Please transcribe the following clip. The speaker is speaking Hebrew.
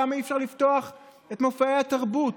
אי-אפשר לפתוח את מופעי התרבות?